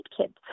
kids